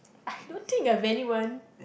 I don't think I have anyone